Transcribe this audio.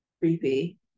creepy